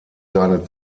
seine